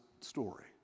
story